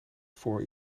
voor